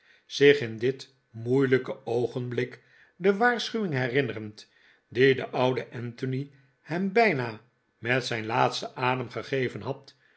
zich in dit moeilijke oogenblik de waarschuwing herinnerend die de oude anthony hem bijna met zijn laatsten adem gegeven had